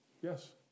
Yes